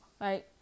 right